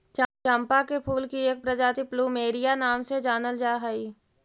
चंपा के फूल की एक प्रजाति प्लूमेरिया नाम से जानल जा हई